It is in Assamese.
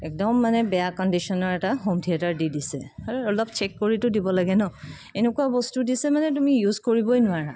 একদম মানে বেয়া কণ্ডিশ্যনৰ এটা হোম থিয়েটাৰ এটা দি দিছে হেই অলপ চেক কৰিতো দিব লাগে ন এনেকুৱা বস্তু দিছে মানে তুমি ইউজ কৰিবই নোৱাৰা